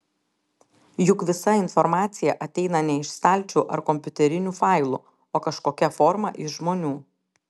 juk visa informacija ateina ne iš stalčių ar kompiuterinių failų o kažkokia forma iš žmonių